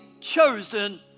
chosen